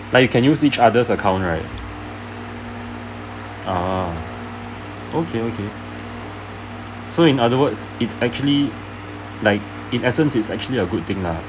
like you can use each others' account right ah okay okay so in other words it's actually like in essence it's actually a good thing lah